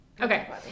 Okay